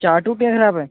ਚਾਰ ਟੂਟੀਆਂ ਖ਼ਰਾਬ ਹੈ